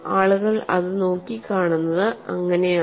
ആളുകൾ അത് നോക്കിക്കാണുന്നത് അങ്ങനെയാണ്